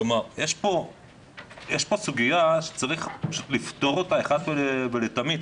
יש פה סוגיה שיש לפתור אותה אחת ולתמיד.